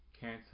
cancer